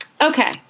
Okay